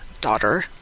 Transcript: daughter